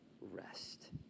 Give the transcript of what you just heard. rest